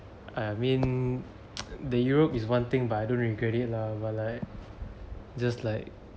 I mean the europe is one thing but I don't regret it lah but like just like